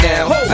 Now